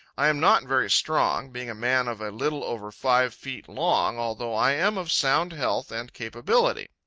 i am not very strong, being a man of a little over five feet long, although i am of sound health and capability.